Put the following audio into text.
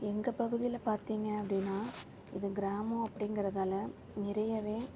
எங்கள் பகுதியில பார்த்திங்க அப்படின்னா இது கிராமம் அப்படிங்கிறதால நிறையவே